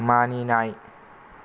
मानिनाय